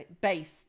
based